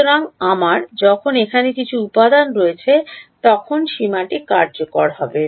সুতরাং আমার যখন এখানে কিছু উপাদান রয়েছে তখন সীমাটি কার্যকর হবে